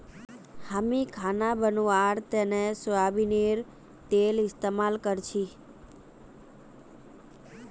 हामी खाना बनव्वार तने सोयाबीनेर तेल इस्तेमाल करछी